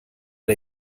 der